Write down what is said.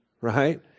Right